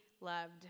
loved